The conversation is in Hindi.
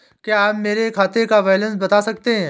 क्या आप मेरे खाते का बैलेंस बता सकते हैं?